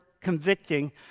convicting